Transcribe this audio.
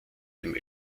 dem